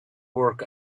work